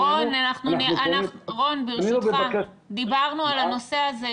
רוני ברשותך, דיברנו על הנושא הזה.